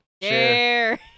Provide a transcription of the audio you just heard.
Share